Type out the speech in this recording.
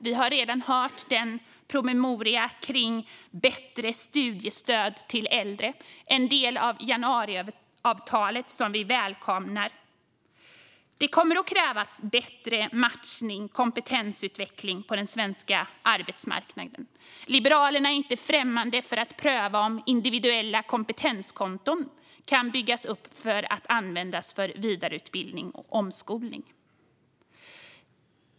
Vi har redan hört om den promemoria om bättre studiestöd till äldre som är en del av januariavtalet och som vi välkomnar. Det kommer att krävas bättre matchning och kompetensutveckling på den svenska arbetsmarknaden. Liberalerna är inte främmande för att pröva om individuella kompetenskonton kan byggas upp för att användas för vidareutbildning och omskolning.